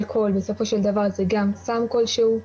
אלכוהול בסופו של דבר זה גם סם כלשהו,